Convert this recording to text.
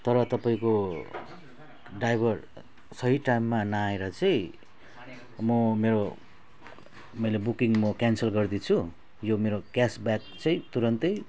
तर तपाईँको ड्राइभर सही टाइममा नआएर चाहिँ म मेरो मैले बुकिङ म क्यान्सल गरिदिछु यो मेरो क्यास ब्याक चाहिँ तुरुन्तै